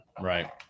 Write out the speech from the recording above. Right